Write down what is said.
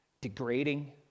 degrading